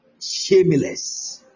shameless